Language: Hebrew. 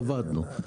עבדנו,